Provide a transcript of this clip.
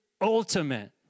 ultimate